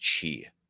chi